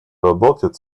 работать